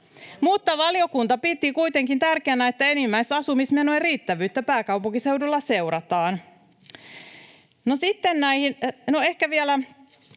Mutta valiokunta piti kuitenkin tärkeänä, että enimmäisasumismenojen riittävyyttä pääkaupunkiseudulla seurataan.